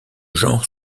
genre